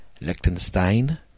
Liechtenstein